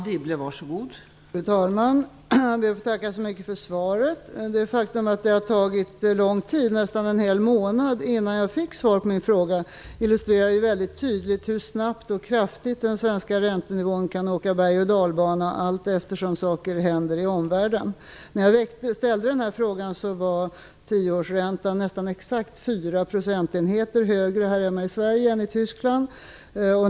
Fru talman! Jag ber att få tacka så mycket för svaret. Det faktum att det har tagit lång tid, nästan en hel månad, innan jag fick svar på min fråga illustrerar väldigt tydligt hur snabbt och kraftigt den svenska räntenivån kan åka bergochdalbana allteftersom saker händer i omvärlden. När jag ställde frågan var tioårsräntan nästan exakt 4 procentenheter högre här hemma i Sverige än i Tyskland.